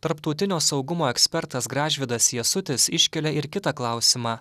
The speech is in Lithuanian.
tarptautinio saugumo ekspertas gražvydas jasutis iškelia ir kitą klausimą